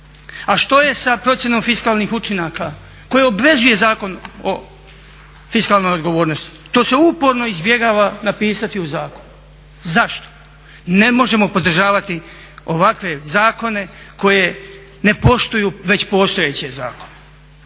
A što je sa procjenom fiskalnih učinaka koje obvezuje Zakon o fiskalnoj odgovornosti. To se uporno izbjegava napisati u zakonu. Zašto? Ne možemo podržavati ovakve zakone koje ne poštuju već postojeće zakone.